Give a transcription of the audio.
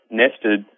nested